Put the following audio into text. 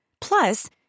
Plus